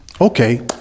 okay